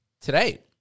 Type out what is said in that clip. Today